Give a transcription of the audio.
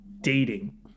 dating